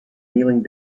kneeling